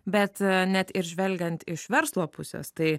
bet net ir žvelgiant iš verslo pusės tai